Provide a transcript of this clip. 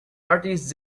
artist